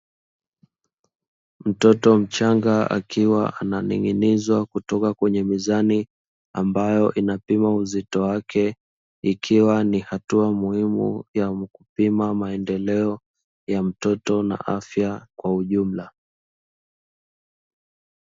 Mtoto mchanga akiwa ananing'inizwa kutoka kwenye mizani ambayo inapima uzito wake, ikiwa ni hatua muhimu ya kupima maendeleo ya mtoto na afya kwa ujumla.